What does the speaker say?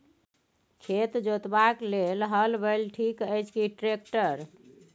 खेत जोतबाक लेल हल बैल ठीक अछि की ट्रैक्टर?